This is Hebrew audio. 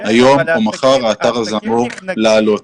היום או מחר האתר הזה אמור לעלות.